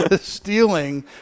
Stealing